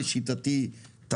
העלית פה סוגיה של כפל.